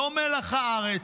לא מלח הארץ,